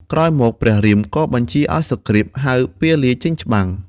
ក្រោយមក ព្រះរាមក៏បញ្ជាឱ្យសុគ្រីពហៅពាលី ចេញច្បាំង។